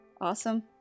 Awesome